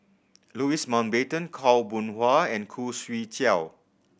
Louis Mountbatten Khaw Boon Wan and Khoo Swee Chiow